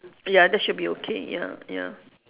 ya that should be okay ya ya